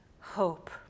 hope